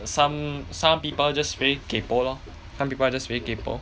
some some people just very kaypoh lor some people are just very kaypoh